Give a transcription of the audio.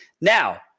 now